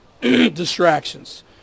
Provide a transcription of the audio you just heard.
distractions